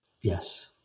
Yes